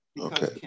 Okay